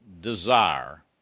desire